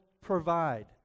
provide